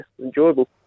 enjoyable